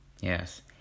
Yes